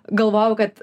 galvojau kad